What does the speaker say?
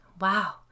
Wow